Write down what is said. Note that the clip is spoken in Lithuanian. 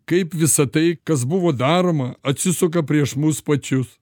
kaip visa tai kas buvo daroma atsisuka prieš mus pačius